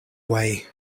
way